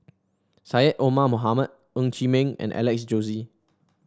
Syed Omar Mohamed Ng Chee Meng and Alex Josey